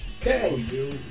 Okay